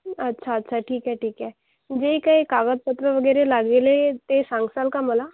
अच्छा अच्छा ठीक आहे ठीक आहे जे काही कागदपत्र वगैरे लागेल ते सांगशाल का मला